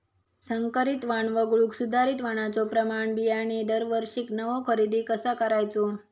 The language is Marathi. संकरित वाण वगळुक सुधारित वाणाचो प्रमाण बियाणे दरवर्षीक नवो खरेदी कसा करायचो?